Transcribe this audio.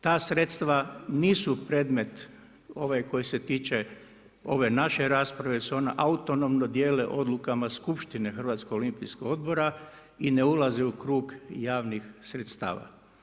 Ta sredstva nisu predmet koja se tiče ove naše rasprave jer se ona autonomno dijele odlukama skupštine HOO-a i ne ulaze u krug javnih sredstava.